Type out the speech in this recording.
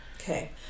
Okay